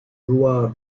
joies